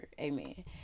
Amen